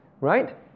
Right